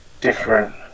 different